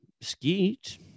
skeet